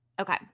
Okay